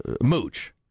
Mooch